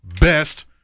best